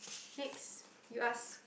next you ask